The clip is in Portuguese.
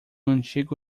antigo